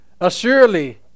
Assuredly